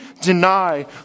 deny